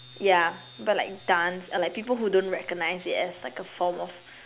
ya but like dance uh like people don't recognise it as like a form of